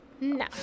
No